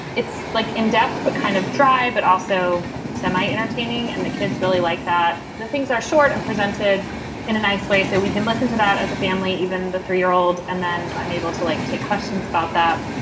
it's like in-depth, but kind of dry, but also semi entertaining. and the kids really like that. the things are short and presented in a nice way. so we can listen to that as a family, even the three year old. and then i'm able to like take questions about that,